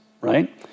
right